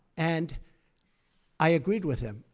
and i agreed with him.